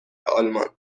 آلمان